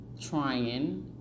trying